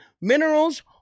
minerals